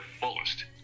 fullest